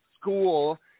school